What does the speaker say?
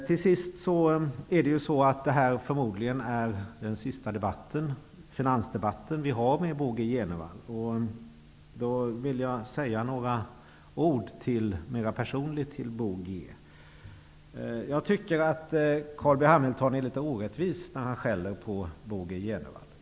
Till sist: Det här är förmodligen den sista finansdebatten som vi för med Bo G Jenevall. Jag vill säga några ord mera personligt till honom. Carl B Hamilton är litet orättvis när han skäller på Bo G Jenevall.